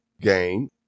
gain